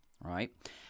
right